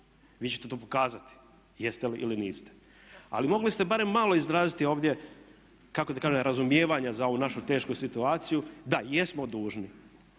vi ćete to pokazati jeste li ili niste. Ali mogli ste barem malo izraziti ovdje, kako da kažem razumijevanja za ovu našu tešku situaciju. Da jesmo dužni,